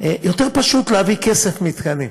יותר פשוט להביא כסף מתקנים,